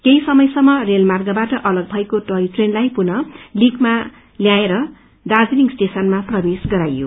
केही समयसम्म रेलमार्गबाट अलग भएको टोय ट्रेनलाई पुनः ट्रयाकमा ल्याएर दार्जीलिङ स्टेशनमा प्रवेश गराइयो